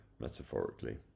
metaphorically